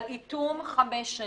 על איטום חמש שנים,